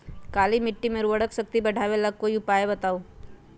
काली मिट्टी में उर्वरक शक्ति बढ़ावे ला कोई उपाय बताउ?